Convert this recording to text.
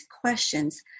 questions